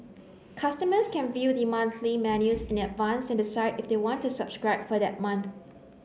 customers can view the monthly menus in advance and decide if they want to subscribe for that month